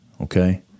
Okay